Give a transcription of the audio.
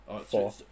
Four